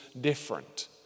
different